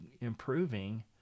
improving